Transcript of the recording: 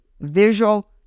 visual